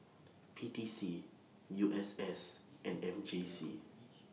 P T C U S S and M J C